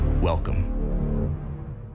Welcome